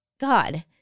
God